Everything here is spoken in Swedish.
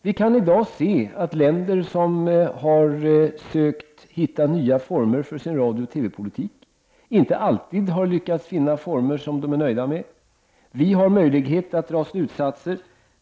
Vi kan i dag se att länder som har sökt finna nya former för sin radiooch TV-politik inte alltid har lyckats finna former som de är nöjda med. Vi har möjlighet att dra slutsatser.